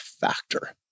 factor